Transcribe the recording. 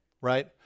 right